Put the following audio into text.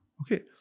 okay